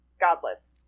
godless